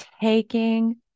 taking